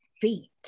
feet